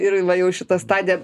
ir va jau šita stadija